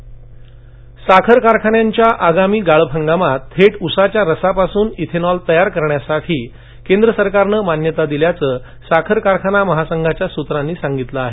साखर इथेनॉलः साखर कारखान्याच्या आगामी गाळप हंगामात थेट उसाच्या रसापासून इथेनॉल तयार करण्यासाठी केंद्र सरकारन मान्यता दिल्याचं साखर कारखाना महासंघाच्या सूत्रांनी सांगितलं आहे